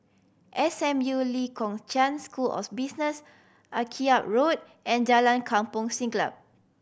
S M U Lee Kong Chian School of Business Akyab Road and Jalan Kampong Siglap